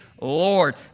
Lord